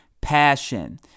passion